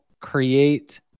create